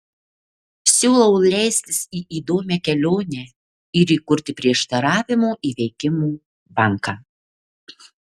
siūlau leistis į įdomią kelionę ir įkurti prieštaravimų įveikimo banką